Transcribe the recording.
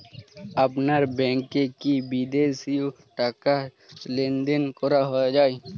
আপনার ব্যাংকে কী বিদেশিও টাকা লেনদেন করা যায়?